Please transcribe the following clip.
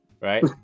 Right